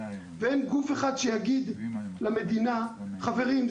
ואין גוף אחד שיגיד למדינה חברים,